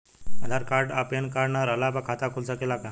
आधार card आ PAN card ना रहला पर खाता खुल सकेला का?